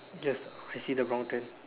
yes I see the brown tent